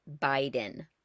Biden